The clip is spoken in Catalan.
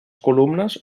columnes